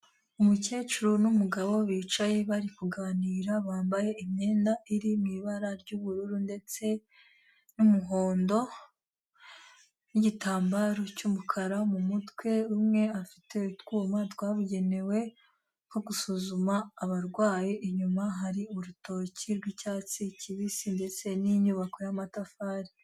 Umukecuru n'umugabo bicaye bari kuganira, bambaye imyenda iri mu ibara ry'ubururu ndetse n'umuhondo, n'igitambaro cy'umukara mu mutwe, umwe afite utwuma twabugenewe nko gusuzuma abarwayi, inyuma hari urutoki rw'icyatsi kibisi ndetse n'inyubako y'amatafari.